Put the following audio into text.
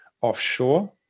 offshore